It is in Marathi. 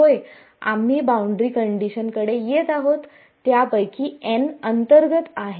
होय आम्ही बाउंड्री कंडिशनकडे येत आहोत त्यापैकी n अंतर्गत आहेत